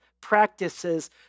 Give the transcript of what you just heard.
practices